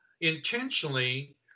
intentionally